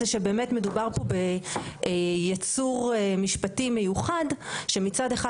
מדובר ביצור משפטי מיוחד שמצד אחד,